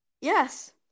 Yes